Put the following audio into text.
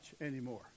anymore